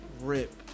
rip